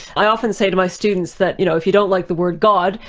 i often say to my students that, you know, if you don't like the word god,